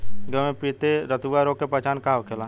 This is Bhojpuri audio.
गेहूँ में पिले रतुआ रोग के पहचान का होखेला?